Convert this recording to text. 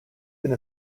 been